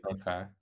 Okay